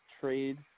trade